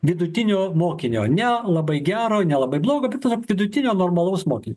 vidutinio mokinio ne labai gero ne labai blogo bet tiesiog vidutinio normalaus mokin